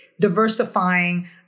diversifying